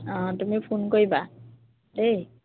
অঁ তুমি ফোন কৰিবা দেই